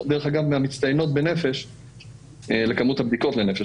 גם נציגים חשובים ומכובדים של השלטון המקומי שנשמע גם אותם,